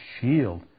shield